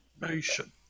Nation